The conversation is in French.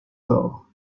tort